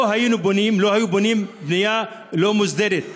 לא היו בונים בנייה לא מוסדרת.